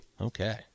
Okay